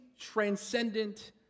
transcendent